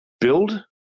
build